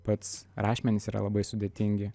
pats rašmenys yra labai sudėtingi